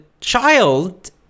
child